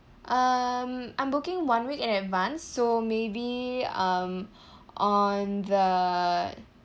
um I'm booking one week in advance so maybe um on the